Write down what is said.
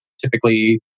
typically